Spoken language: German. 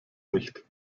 nicht